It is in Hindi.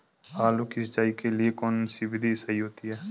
आलू की सिंचाई के लिए कौन सी विधि सही होती है?